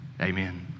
amen